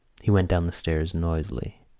he went down the stairs noisily.